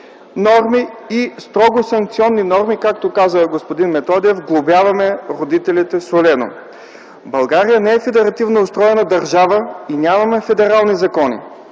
норми и строго секционни норми. Както каза господин Методиев – глобяваме родителите солено. България не е федеративно устроена държава и нямаме федерални закони.